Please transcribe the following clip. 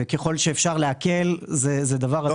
וככל שאפשר להקל זה דבר רצוי ומבורך